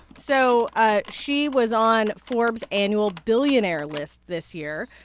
so ah she was on forbes's annual billionaire list this year.